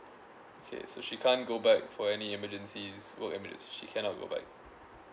okay so she can't go back for any emergency work it means she cannot go back